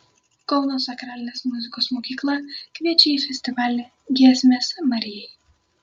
kauno sakralinės muzikos mokykla kviečia į festivalį giesmės marijai